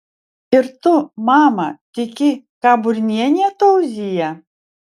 ir tu mama tiki ką burnienė tauzija